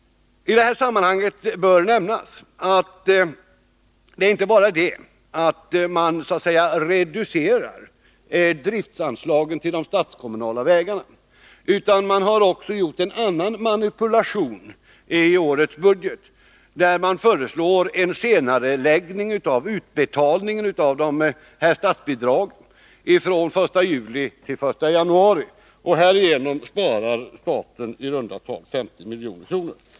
I detta sammanhang bör nämnas att man inte bara reducerar driftsanslagen till de statskommunala vägarna utan även gör en annan manipulation i årets budget, där man föreslår en senareläggning av utbetalningarna av dessa statsbidrag från den 1 juli till den 1 januari. Härigenom sparar staten i runda tal 50 milj.kr.